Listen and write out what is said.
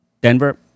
Denver